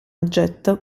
oggetto